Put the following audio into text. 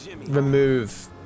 remove